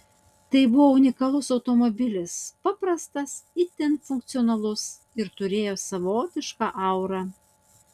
tai buvo unikalus automobilis paprastas itin funkcionalus ir turėjęs savotišką aurą